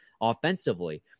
offensively